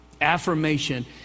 affirmation